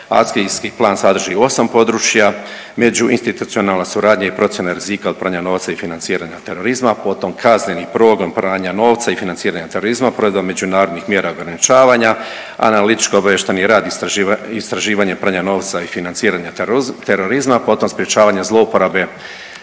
Akcijski plan sadrži osam područja, međuinstitucionalna suradnja i procjena rizika od pranja novca i financiranja terorizma, potom kazneni progon pranja novca i financiranja terorizma … međunarodnih mjera ograničavanja, analitičko obavještajni rad istraživanje pranja novca i financiranja terorizma, potom sprječavanja zlouporabe